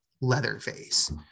leatherface